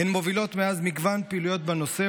הן מובילות מאז מגוון פעילויות בנושא,